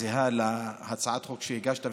זהה להצעת החוק שהגשת,